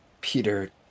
Peter